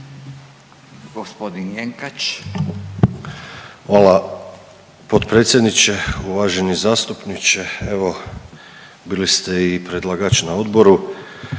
Hvala